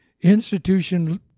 institution